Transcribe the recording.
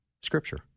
Scripture